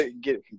Get